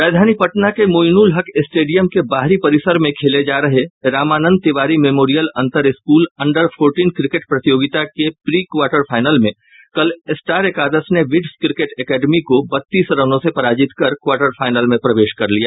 राजधानी पटना के मोईनुलहक स्टेडियम के बाहरी परिसर में खेले जा रहे रामानंद तिवारी मेमोरियल अंतर स्कूल अंडर फोर्टीन क्रिकेट प्रतियोगिता के प्री क्वार्टर फाइनल में कल स्टार एकादश ने बिड्स क्रिकेट एकेडमी को बत्तीस रनों से पराजित कर क्वार्टर फाइनल में प्रवेश कर लिया